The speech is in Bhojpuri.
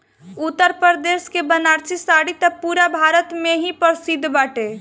उत्तरप्रदेश के बनारसी साड़ी त पुरा भारत में ही प्रसिद्ध बाटे